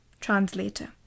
translator